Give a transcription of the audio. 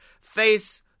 face